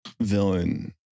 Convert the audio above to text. villain